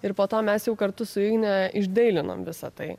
ir po to mes jau kartu su jigne išdailinom visa tai